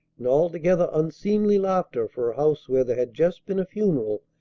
and altogether unseemly laughter for a house where there had just been a funeral,